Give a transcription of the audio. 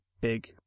big